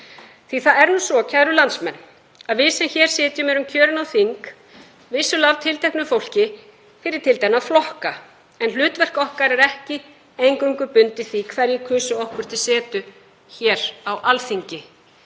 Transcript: að það er nú svo, kæru landsmenn, að við sem hér sitjum erum kjörin á þing, vissulega af tilteknu fólki fyrir tiltekna flokka, en hlutverk okkar er ekki eingöngu bundið því hverjir kusu okkur til setu hér á Alþingi.